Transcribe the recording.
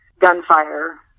gunfire